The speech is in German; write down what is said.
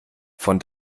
von